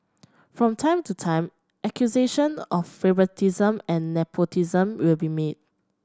from time to time accusation of favouritism and nepotism will be made